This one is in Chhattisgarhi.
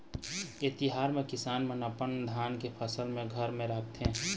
ए तिहार म किसान मन ह अपन धान के फसल ल घर म राखथे